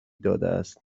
دادهاست